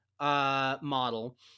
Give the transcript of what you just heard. model